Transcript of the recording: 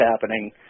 happening